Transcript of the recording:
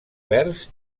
verds